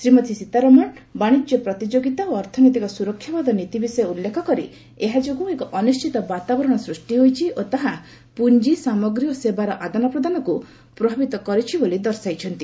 ଶ୍ରୀମତୀ ସୀତାରମଣ ବାଣିଜ୍ୟ ପ୍ରତିଯୋଗିତା ଓ ଅର୍ଥନୈତିକ ସୁରକ୍ଷାବାଦ ନୀତି ବିଷୟ ଉଲ୍ଲେଖ କରି ଏହାଯୋଗୁଁ ଏକ ଅନିଶ୍ଚିତ ବାତାବରଣ ସୃଷ୍ଟି ହୋଇଛି ଓ ତାହା ପୁଞ୍ଜି ସାମଗ୍ରୀ ଓ ସେବାର ଆଦାନପ୍ରଦାନକୁ ପ୍ରଭାବିତ କରିଛି ବୋଲି ଦର୍ଶାଇଛନ୍ତି